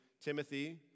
Timothy